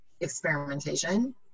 experimentation